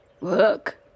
Look